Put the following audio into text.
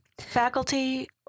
faculty